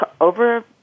over